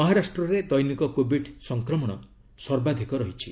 ମହାରାଷ୍ଟ୍ରରେ ଦୈନିକ କୋବିଡ ସଂକ୍ରମଣ ସର୍ବାଧିକ ରହିଛି